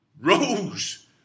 rose